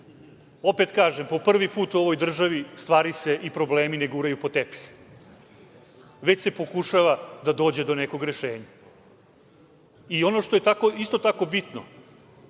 opet kažem, po prvi put u ovoj državi stvari se i problemi ne guraju pod tepih, već se pokušava da dođe do nekog rešenja. Ono što je isto tako bitno,